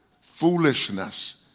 foolishness